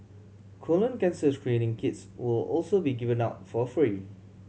colon cancer screening kits will also be given out for free